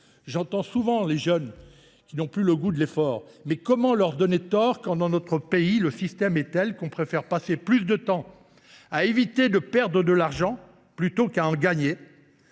J’entends souvent que les jeunes n’ont plus le goût de l’effort. Comment leur donner tort quand, dans notre pays, le système est tel que l’on préfère passer plus de temps à éviter de perdre de l’argent plutôt qu’à en gagner,